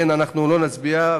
אנחנו לא נצביע.